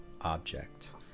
object